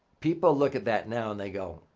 people look at that now and they go,